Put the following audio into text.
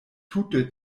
tute